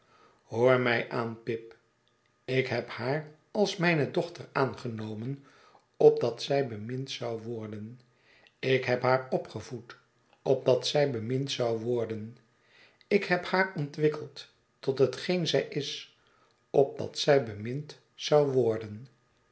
hoor mij aan pip ik heb haar als mijne dochter aangenomen opdat zij bemind zou worden ik heb haar opgevoed opdat zij bemind zou worden ik heb haar ontwikkeld tot hetgeen zij is opdat zij bemind zou worden